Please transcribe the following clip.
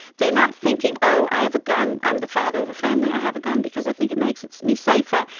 they are not thinking, oh, i have a gun, i'm the father of a family, i have a gun because i think it makes me safer,